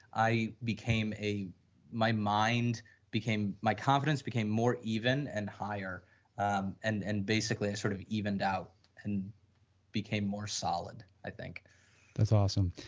i became a my mind became my confidence became more even and higher um and and basically a sort of even doubt and became more solid i think that's awesome.